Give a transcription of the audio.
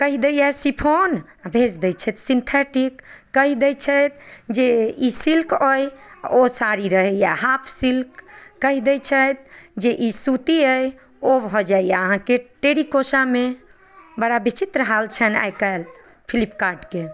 कहि दैय शिफॉन आओर भेज दै छथि सिन्थेटिक कहि दै छै जे ई सिल्क अहि आओर ओ साड़ी रहैए हाँफ सिल्क कहि दै छैथ जे ई सूती अछि ओ भऽ जाइए अहाँके टेरिकोसामे बड़ा विचित्र हाल छन्हि आइ काल्हि फ्लिपकार्टके